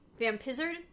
vampizard